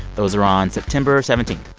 those are on september seventeen.